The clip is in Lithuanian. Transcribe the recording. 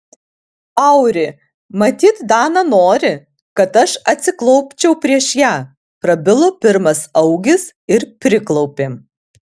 auri matyt dana nori kad aš atsiklaupčiau prieš ją prabilo pirmas augis ir priklaupė